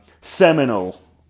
seminal